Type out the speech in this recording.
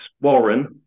Warren